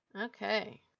Okay